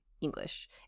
English